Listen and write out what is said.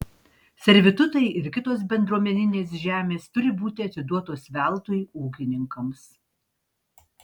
servitutai ir kitos bendruomeninės žemės turi būti atiduotos veltui ūkininkams